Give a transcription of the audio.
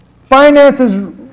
finances